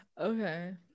okay